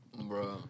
Bro